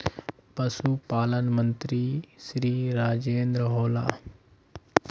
पशुपालन मंत्री श्री राजेन्द्र होला?